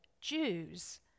Jews